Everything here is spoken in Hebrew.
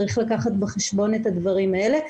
צריך לקחת בחשבון את הדברים האלה,